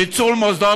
ניצול מוסדות